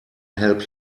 help